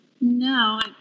no